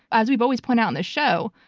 as we always point out in the show,